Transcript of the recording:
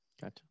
Gotcha